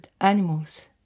animals